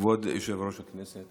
כבוד יושב-ראש הישיבה,